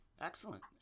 Excellent